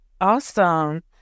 awesome